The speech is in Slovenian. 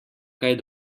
kaj